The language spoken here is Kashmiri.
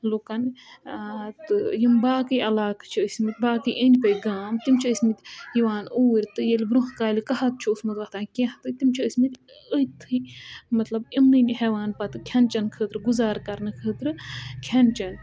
لُکَن تہٕ یِم باقٕے علاقہٕ چھِ ٲسۍمٕتۍ باقٕے أنٛدۍ پٔکۍ گام تِم چھِ ٲسۍمٕتۍ یِوان اوٗرۍ تہٕ ییٚلہِ برٛونٛہہ کالہِ قہَتھ چھُ اوسمُت وۄتھان کینٛہہ تہٕ تِم چھِ ٲسۍمٕتۍ أتۍتھٕے مطلب یِمنٕے ہٮ۪وان پَتہٕ کھٮ۪ن چٮ۪ن خٲطرٕ گُزارٕ کَرنہٕ خٲطرٕ کھٮ۪ن چٮ۪ن